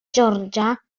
georgia